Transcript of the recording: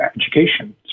education